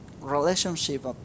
relationship